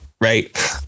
right